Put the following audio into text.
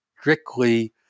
strictly